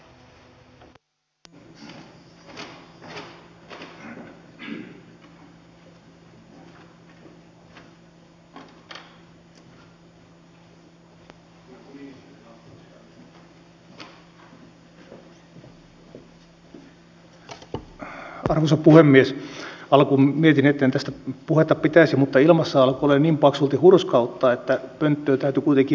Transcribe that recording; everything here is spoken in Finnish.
alkuun mietin etten tästä puhetta pitäisi mutta ilmassa alkoi olla niin paksulti hurskautta että pönttöön täytyi kuitenkin vielä tulla